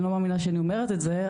אני לא מאמינה שאני אומרת את זה,